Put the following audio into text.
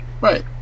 Right